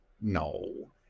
no